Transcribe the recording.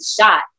shot